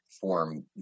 form